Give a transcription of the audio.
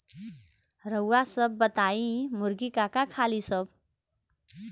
रउआ सभ बताई मुर्गी का का खालीन सब?